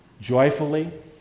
joyfully